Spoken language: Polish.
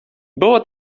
było